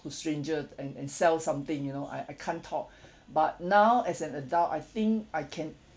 to stranger and and sell something you know I I can't talk but now as an adult I think I can